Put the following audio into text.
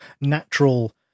natural